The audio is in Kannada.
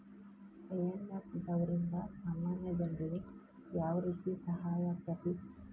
ಐ.ಎಂ.ಎಫ್ ದವ್ರಿಂದಾ ಸಾಮಾನ್ಯ ಜನ್ರಿಗೆ ಯಾವ್ರೇತಿ ಸಹಾಯಾಕ್ಕತಿ?